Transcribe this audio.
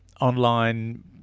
online